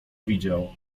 widział